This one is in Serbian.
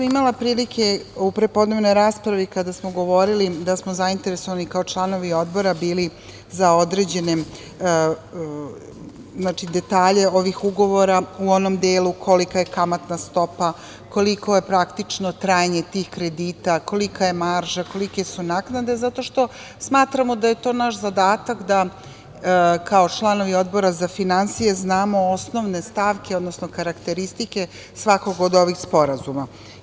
Imala sam prilike u prepodnevnoj raspravi, kada smo govorili da smo zainteresovani kao članovi Odbora za određene detalje ovih ugovora, u onom delu kolika je kamatna stopa, koliko je praktično trajanje tih kredita, kolika je marža, kolike su naknade, zato što smatramo da je to naš zadatak da kao članovi Odbora za finansije znamo osnovne stavke, odnosno karakteristike svakog od ovih sporazuma.